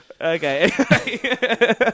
Okay